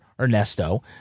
Ernesto